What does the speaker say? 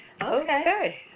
Okay